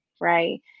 right